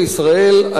בישראל,